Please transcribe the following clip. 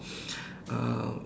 uh